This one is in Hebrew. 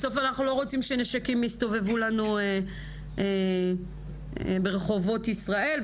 בסוף אנחנו לא רוצים שנשקים יסתובבו לנו ברחובות ישראל,